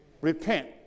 repent